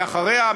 ואחריה,